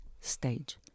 stage